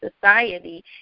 society